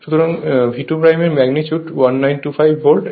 সুতরাং V2 এর magnitude 1925 volt